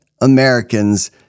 Americans